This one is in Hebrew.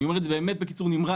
אני אומר את זה בקיצור נמרץ,